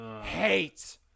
hate